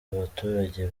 baturage